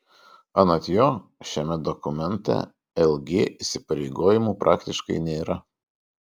anot jo šiame dokumente lg įsipareigojimų praktiškai nėra